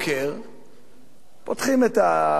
פותחים את הרדיו או הטלוויזיה,